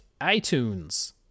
iTunes